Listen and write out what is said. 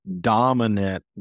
dominant